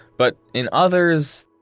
but in others,